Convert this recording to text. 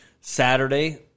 Saturday